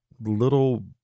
little